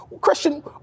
Christian